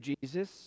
Jesus